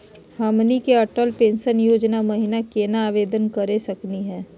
हमनी के अटल पेंसन योजना महिना केना आवेदन करे सकनी हो?